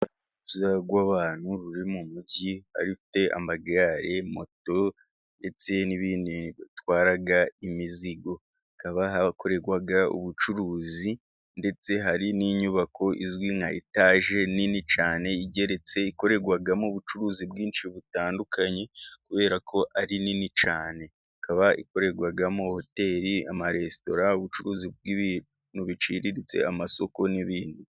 Urujya n'uruza rw'abantu ruri mu mujyi rukaba rufite amagare, moto ndetse n'ibindi bitwara imizigo. Hakaba hari ahakorerwa ubucuruzi, ndetse hari n'inyubako izwi nka etaje nini cyane igeretse. Ikorerwamo ubucuruzi bwinshi butandukanye, kubera ko ari nini cyane. Ikaba ikorerwamo hoteli, amaresitora, ubucuruzi bw' ibintu biciriritse, amasuku n'ibindi.